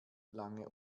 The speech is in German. lange